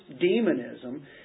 demonism